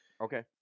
Okay